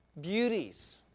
beauties